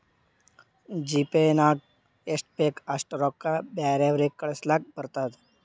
GPay ನಾಗ್ ಎಷ್ಟ ಬೇಕ್ ಅಷ್ಟ ರೊಕ್ಕಾ ಬ್ಯಾರೆವ್ರಿಗ್ ಕಳುಸ್ಲಾಕ್ ಬರ್ತುದ್